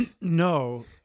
No